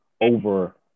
over